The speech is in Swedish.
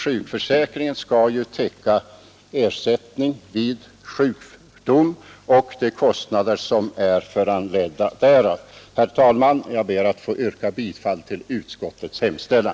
Sjukförsäkringen skall ju täcka de kostnader som är föranledda av sjukdom. Herr talman! Jag ber att få yrka bifall till utskottets hemställan.